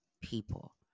people